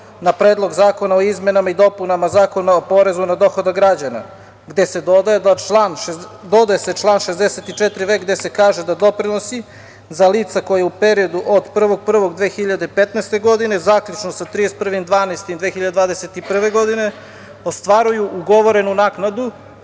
na Predlog zakona o izmenama i dopunama Zakona o porezu na dohodak građana gde se dodaje član 64. v) gde se kaže da doprinosi za lica koja u periodu od 01.01.2015. godine zaključno sa 31.12.2021. godine ostvaruju ugovorenu naknadu